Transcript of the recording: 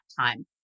time